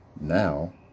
now